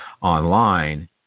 online